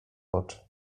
oczy